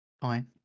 Fine